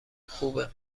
خوبه